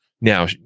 Now